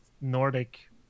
nordic